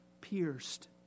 pierced